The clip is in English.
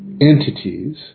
entities